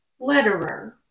Letterer